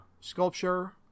Sculpture